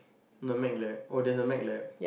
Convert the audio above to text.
the Mac lab oh there is a Mac lab